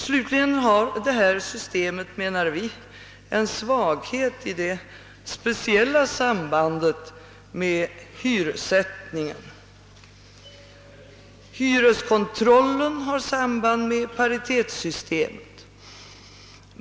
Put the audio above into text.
Slutligen har detta system, menar vi, en svaghet i det speciella sambandet med hyressättningen. Hyreskontrollen har samband med paritetssystem.